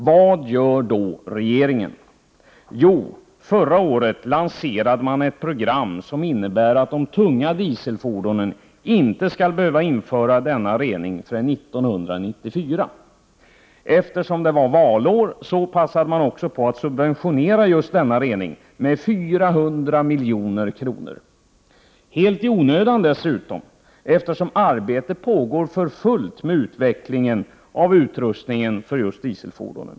Vad gör då regeringen? Jo, förra året lanserade man ett program, som innebär att de tunga dieselfordonen inte skall behöva införa denna rening förrän 1994. Eftersom det var valår passade man på att subventionera just denna rening med 400 milj.kr. Detta helt i onödan dessutom, eftersom arbete pågår för fullt med utvecklingen av utrustning för just dieselfordon.